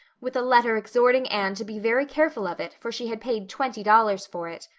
with a letter exhorting anne to be very careful of it, for she had paid twenty dollars for it.